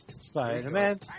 Spider-Man